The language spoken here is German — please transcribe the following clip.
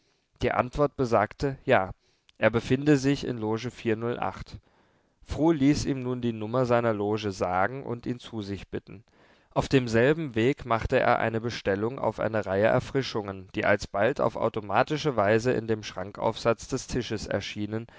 die antwort besagte ja er befinde sich in loge früh ließ ihm nun die nummer seiner loge sagen und ihn zu sich bitten auf demselben weg machte er eine bestellung auf eine reihe erfrischungen die alsbald auf automatische weise in dem schrankaufsatz des tisches erschienen